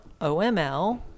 oml